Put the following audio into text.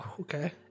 Okay